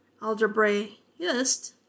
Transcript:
algebraist